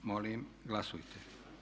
Molim glasujte.